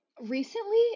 recently